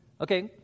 Okay